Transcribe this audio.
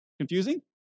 Confusing